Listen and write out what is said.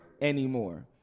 anymore